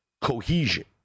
cohesion